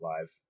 live